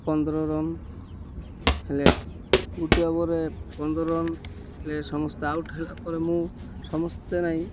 ପନ୍ଦର ରନ୍ ହେଲେ ଗୋଟେ ଓଭର୍ରେ ପନ୍ଦର ରନ୍ ହେଲେ ସମସ୍ତେ ଆଉଟ୍ ହେଲା ପରେ ମୁଁ ସମସ୍ତେ ନାଇଁ